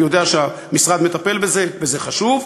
אני יודע שהמשרד מטפל בזה, וזה חשוב,